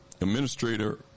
Administrator